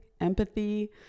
empathy